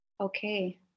Okay